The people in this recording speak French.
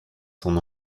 son